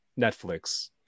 Netflix